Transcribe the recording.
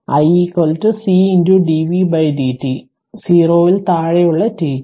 I C dv dt 0 ൽ താഴെയുള്ള t ക്ക്